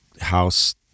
house